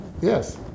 Yes